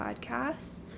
Podcasts